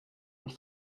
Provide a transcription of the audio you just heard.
und